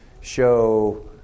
show